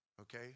Okay